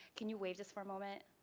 can you wave just for a moment?